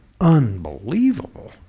unbelievable